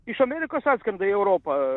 iš amerikos atskrenda į europą